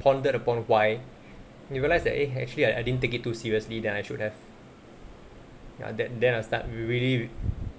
pondered upon why I realized that eh actually I I didn't take it too seriously than I should have ya then then I start real~ really